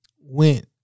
went